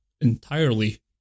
entirely